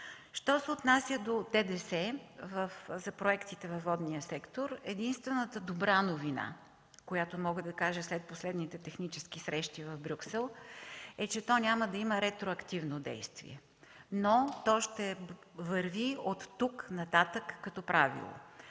Що се отнася до ДДС за проектите във водния сектор, единствената добра новина след последните технически срещи в Брюксел е, че то няма да има ретроактивно действие. То ще върви от тук нататък като правило,